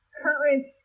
current